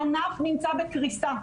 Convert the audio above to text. הענף נמצא בקריסה.